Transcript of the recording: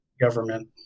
government